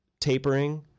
tapering